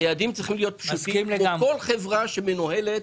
היעדים צריכים להיות פשוטים כמו בכל חברה שמנוהלת.